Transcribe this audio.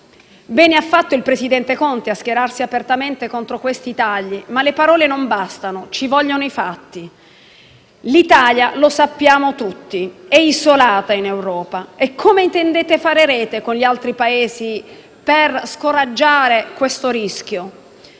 Bene ha fatto il presidente Conte a schierarsi apertamente contro questi tagli, ma le parole non bastano, servono i fatti. L'Italia - lo sappiamo tutti - è isolata in Europa. E come intendete fare rete con gli altri Paesi per scoraggiare questo rischio?